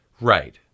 Right